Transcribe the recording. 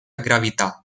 gravità